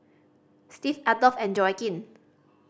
Steve Adolf and Joaquin